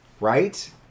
Right